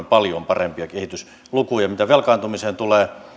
paljon parempia kehityslukuja mitä velkaantumiseen tulee